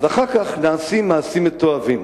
אחר כך נעשים מעשים מתועבים.